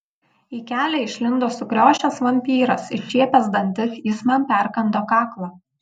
į kelią išlindo sukriošęs vampyras iššiepęs dantis jis man perkando kaklą